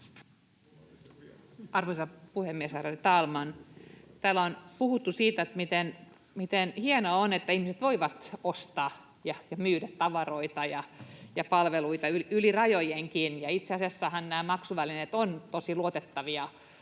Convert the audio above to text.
Arvoisa puhemies, ärade talman! Täällä on puhuttu siitä, miten hienoa on, että ihmiset voivat ostaa ja myydä tavaroita ja palveluita yli rajojenkin. Itse asiassahan nämä maksuvälineet ovat tosi luotettavia,